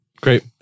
Great